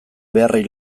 beharrei